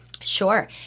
Sure